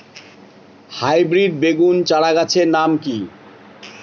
Hybrid বেগুন চারাগাছের নাম কি?